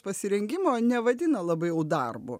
pasirengimo nevadina labai jau darbu